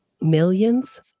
millions